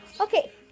Okay